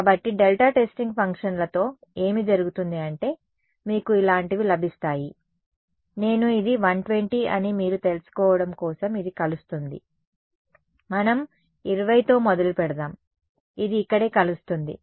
కాబట్టి delta testing ఫంక్షన్లతో ఏమి జరుగుతుంది అంటే మీకు ఇలాంటివి లభిస్తాయి నేను ఇది 120 అని మీరు తెలుసుకోవడం కోసం ఇది కలుస్తుంది మనం 20 తో మొదలుపెడదాం ఇది ఇక్కడే కలుస్తుంది